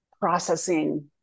processing